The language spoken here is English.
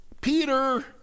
Peter